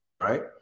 right